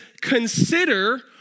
consider